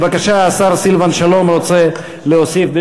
בבקשה, השר סילבן שלום רוצה להוסיף.